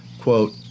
Quote